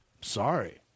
Sorry